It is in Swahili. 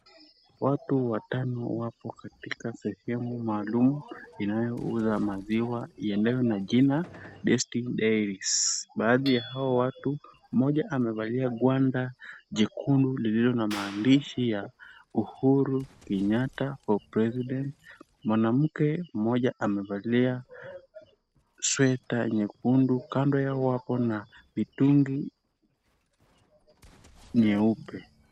Watu watano wapo katika sehemu maalumu inayo uza maziwa yaliyo na jina Destiny Dairies , baadhi ya hao watu mmoja amevalia gwanda jekundu lililo na maandishi ya Uhuru Kenyatta for President , mwanamke mmoja amevalia sweta nyekundu kando yao wako na mitungi nyeupe.